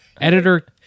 Editor